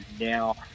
now